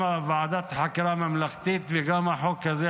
גם ועדת חקירה ממלכתית וגם החוק הזה,